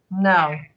No